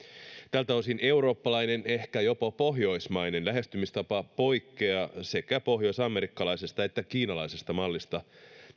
tältä osin eurooppalainen ehkä jopa pohjoismainen lähestymistapa poikkeaa sekä pohjoisamerikkalaisesta että kiinalaisesta mallista